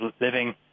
living